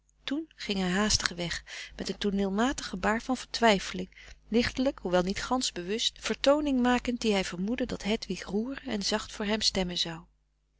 toen ging hij haastig weg met een tooneelfrederik van eeden van de koele meren des doods matig gebaar van vertwijfeling lichtelijk hoewel niet gansch bewust vertooning makend die hij vermoedde dat hedwig roeren en zacht voor hem stemmen zou